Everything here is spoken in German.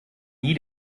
nie